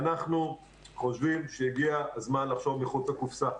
ואנחנו חושבים שהגיע הזמן לחשוב מחוץ לקופסה,